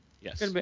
yes